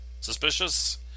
Suspicious